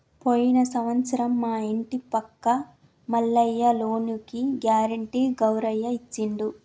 పోయిన సంవత్సరం మా ఇంటి పక్క మల్లయ్య లోనుకి గ్యారెంటీ గౌరయ్య ఇచ్చిండు